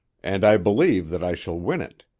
and i believe that i shall win it.